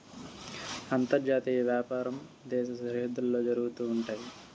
అంతర్జాతీయ వ్యాపారం దేశ సరిహద్దుల్లో జరుగుతా ఉంటయి